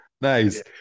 nice